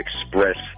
express